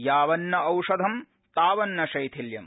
यावन्नौषधम् तावन्न शैथिल्यम्